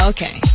Okay